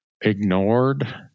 ignored